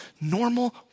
normal